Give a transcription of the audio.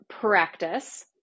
practice